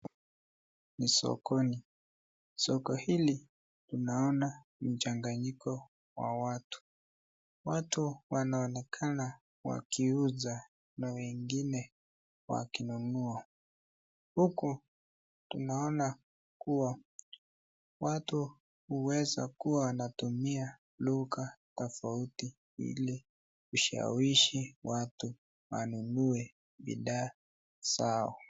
NI sokoni. Soko hili tunaona mchanganiko wa watu. Watu wanaonekana wakiuza na wengine wakinunua huku naona kua watu uweza kua Wanatumia laugha tofauti ili kushawishi watu wanunue bidhaa zao.